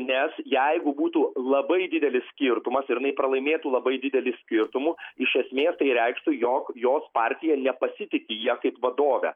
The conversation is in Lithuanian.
nes jeigu būtų labai didelis skirtumas ir jinai pralaimėtų labai dideliu skirtumu iš esmės tai reikštų jog jos partija nepasitiki ja kaip vadove